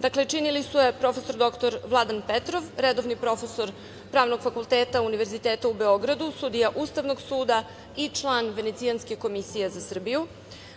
Dakle, činili su je: prof. dr Vladan Petrov, redovni profesor Pravnog fakulteta Univerziteta u Beogradu, sudija Ustavnog suda i član Venecijanske komisije za Srbiju,